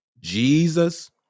Jesus